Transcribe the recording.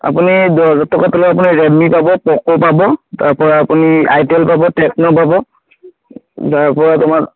আপুনি দহ হাজাৰ টকাৰ তলত আপুনি ৰেডমি পাব প'ক' পাব তাৰ পৰা আপুনি আই টেল পাব টেকনো পাব তাৰ ওপৰত আপোনাৰ